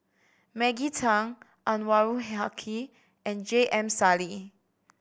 Maggie Teng Anwarul Haque and J M Sali